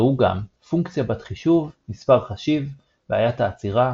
ראו גם פונקציה בת-חישוב מספר חשיב בעיית העצירה